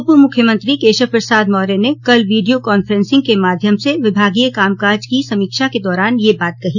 उपमुख्यमंत्री केशव प्रसाद मौर्य ने कल वीडियो कान्फ सिंग के माध्यम से विभागीय कामकाज की समीक्षा के दौरान यह बात कही